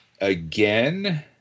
again